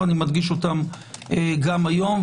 אני מדגיש אותם גם היום,